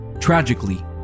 Tragically